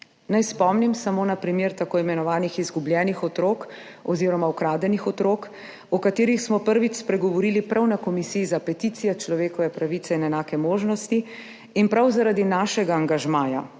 Naj spomnim samo na primer tako imenovanih izgubljenih otrok oziroma ukradenih otrok, o katerih smo prvič spregovorili prav na Komisiji za peticije, človekove pravice in enake možnosti in prav zaradi našega angažmaja,